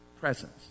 presence